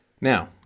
Now